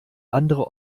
andere